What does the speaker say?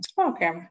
Okay